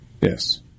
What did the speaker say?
Yes